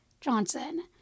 Johnson